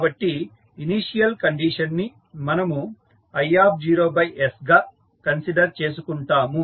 కాబట్టి initial condition ని మనము isగా కన్సిడర్ చేసుకుంటాము